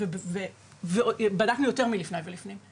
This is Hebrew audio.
אז בדקנו יותר מלפני ולפנים.